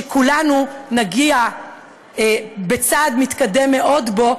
שכולנו נתקדם מאוד בו,